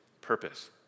purpose